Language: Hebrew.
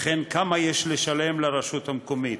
וכן כמה יש לשלם לרשות המקומית